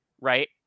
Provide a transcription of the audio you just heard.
right